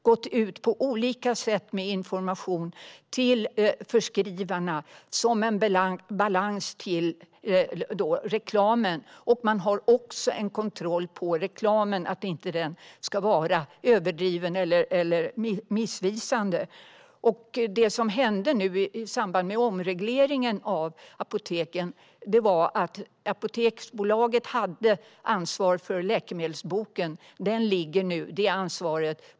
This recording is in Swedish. Man har på olika sätt gått ut med information till förskrivarna som en motvikt till reklamen. Man har också kontroll på reklamen för att den inte ska vara överdriven eller missvisande. Det som hände nu i samband med omregleringen av apoteken var att Apoteksbolaget hade ansvar för Läkemedelsboken . Det ansvaret ligger nu på Läkemedelsverket.